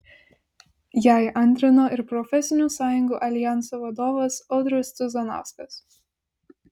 jai antrino ir profesinių sąjungų aljanso vadovas audrius cuzanauskas